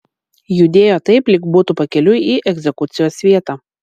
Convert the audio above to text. judėjo taip lyg būtų pakeliui į egzekucijos vietą